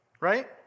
Right